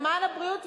הבריאות,